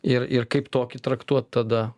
ir ir kaip tokį traktuot tada